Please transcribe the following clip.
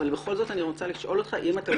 אבל בכל זאת אני רוצה לשאול אותך אם אתה מעוניין.